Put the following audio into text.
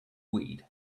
weed